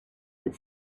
that